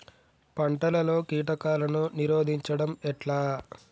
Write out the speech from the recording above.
పంటలలో కీటకాలను నిరోధించడం ఎట్లా?